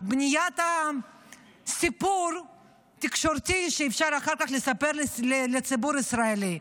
זה סביב בניית סיפור תקשורתי שאפשר אחר כך לספר לציבור הישראלי.